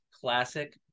classic